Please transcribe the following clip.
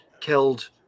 killed